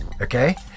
Okay